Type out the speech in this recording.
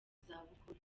zabukuru